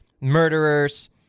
murderers